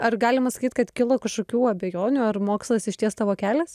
ar galima sakyt kad kilo kažkokių abejonių ar mokslas išties tavo kelias